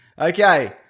Okay